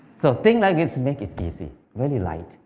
so, things like this make it easy, very light.